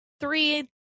three